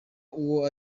uwo